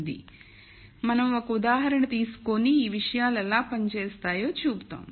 the మనం ఒక ఉదాహరణ తీసుకొని ఈ విషయాలు ఎలా పని చేస్తాయో చూపుతాము